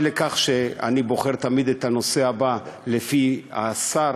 אי לכך שאני תמיד בוחר את הנושא הבא לפי השר